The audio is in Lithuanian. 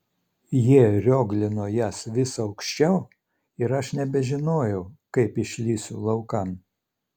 jie rioglino jas vis aukščiau ir aš nebežinojau kaip išlįsiu laukan